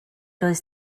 does